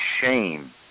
shame